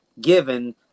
given